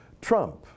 Trump